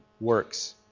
works